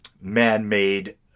man-made